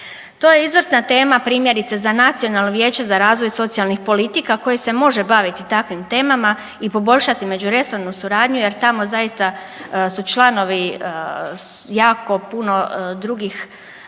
To je izvrsna tema, primjerice, za Nacionalno vijeće za razvoj socijalnih politika koje se može baviti takvim temama i poboljšati međuresornu suradnju jer tamo zaista su članovi jako puno drugih